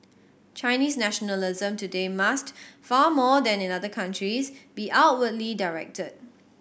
Chinese nationalism today must far more than in other countries be outwardly directed